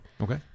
Okay